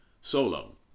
solo